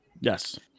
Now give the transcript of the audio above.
Yes